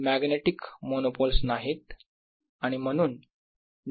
magnetic monopoles नाहीत आणि म्हणून डायवरजन्स ऑफ B असेल 0